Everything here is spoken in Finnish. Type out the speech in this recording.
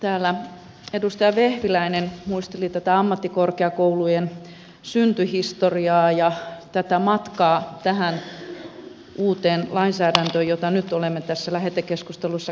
täällä edustaja vehviläinen muisteli ammattikorkeakoulujen syntyhistoriaa ja matkaa tähän uuteen lainsäädäntöön jota nyt olemme tässä lähetekeskustelussa käsittelemässä